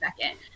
second